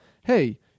hey